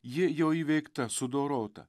ji jo įveikta sudorota